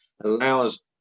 allows